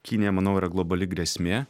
kinija manau yra globali grėsmė